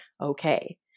okay